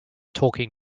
talking